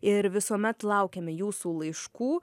ir visuomet laukiame jūsų laiškų